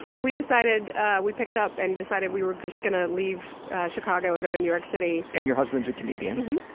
we decided we picked up and decided we were just gonna leave chicago and go to new york city. and your husband's a comedian.